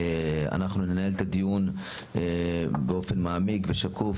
ננהל את הדיון באופן מעמיק ושקוף,